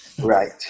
Right